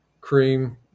cream